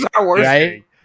right